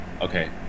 Okay